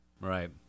Right